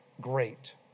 great